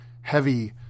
heavy